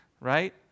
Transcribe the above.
right